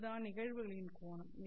இது தான் நிகழ்வுகளின் கோணம்